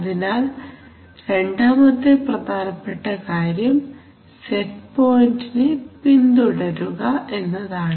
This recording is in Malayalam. അതിനാൽ രണ്ടാമത്തെ പ്രധാനപ്പെട്ട കാര്യം സെറ്റ് പോയിന്റിനെ പിന്തുടരുക എന്നതാണ്